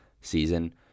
season